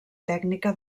tècnica